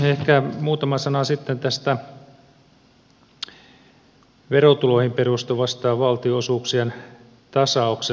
ehkä muutama sana sitten tästä verotuloihin perustuvasta valtionosuuksien tasauksesta